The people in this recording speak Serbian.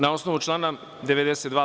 Na osnovu člana 92.